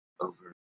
over